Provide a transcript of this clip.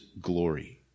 glory